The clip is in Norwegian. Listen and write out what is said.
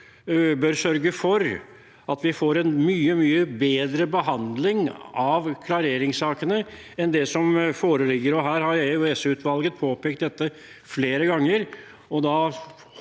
bør sørge for at vi får en mye, mye bedre behandling av klareringssakene enn det som foreligger, og dette har EOS-utvalget påpekt flere ganger.